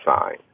sign